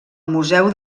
museu